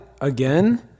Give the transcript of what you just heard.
again